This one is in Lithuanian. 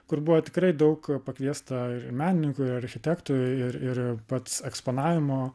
kur buvo tikrai daug pakviesta ir menininkų ir architektų ir ir pats eksponavimo